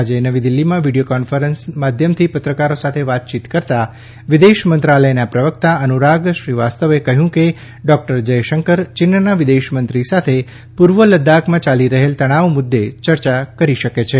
આજે નવી દિલ્હીમાં વિડિયો કોન્ફરન્સ માધ્યમથી પત્રકારો સાથે વાતચીત કરવા વિદેશ મંત્રાલના પ્રવકતા અનુરાગ શ્રીવાસ્તીવે કહ્યું કે ડોકટર જયશંકર યીનના વિદેશમંત્રી સાથે પૂર્વ લદાખમાં યાલી રહેલ તણાવ મુદ્દે ચર્ચા કરી શકે છે